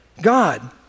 God